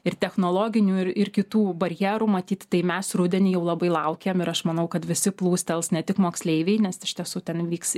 ir technologinių ir ir kitų barjerų matyt tai mes rudenį jau labai laukiam ir aš manau kad visi plūstels ne tik moksleiviai nes iš tiesų ten vyks